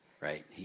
Right